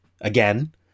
again